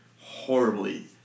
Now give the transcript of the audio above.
horribly